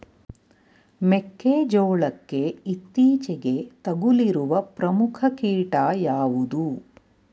ಮೆಕ್ಕೆ ಜೋಳಕ್ಕೆ ಇತ್ತೀಚೆಗೆ ತಗುಲಿರುವ ಪ್ರಮುಖ ಕೀಟ ಯಾವುದು?